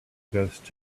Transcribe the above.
ghost